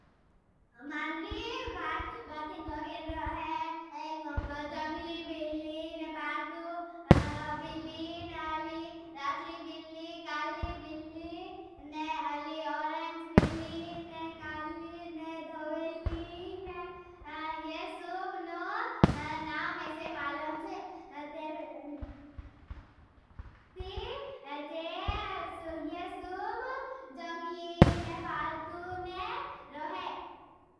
मांद्री भाति जंगली बिल्ली ने पाल्टू बिल्ली ने अली रातली बिल्ली काली बिल्ली ने अली ओरंच। बिल्ली ने काली ने धवेली ने ये सूब नो नाव में से मालम चे ते। ते ये सूब जंगली ने पाल्टू ने रोहे। प्रस्तुत करते हैं जनगली बिल्ली ने पाल्टू बिल्ली काली ने पाल्टू करते हैं। जनगली बिल्ली ने पाल्टू करते हैं जनगली बिल्।